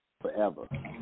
forever